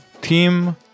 Team